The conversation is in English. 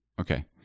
Okay